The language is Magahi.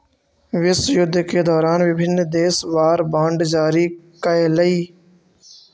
विश्वयुद्ध के दौरान विभिन्न देश वॉर बॉन्ड जारी कैलइ